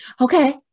okay